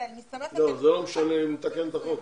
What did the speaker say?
לא, זה לא משנה אם נתקן את החוק.